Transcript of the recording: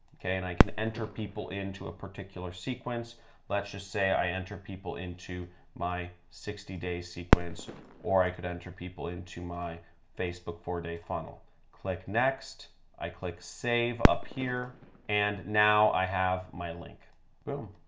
okay? and i can enter people into a particular sequence let's just say i enter people into my sixty day sequence or i could enter people into my facebook four-day funnel click next i click save up here and now i have my link boom